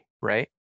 right